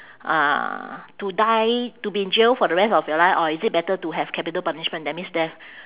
uh to die to be in jail for the rest of your life or is it better to have capital punishment that means death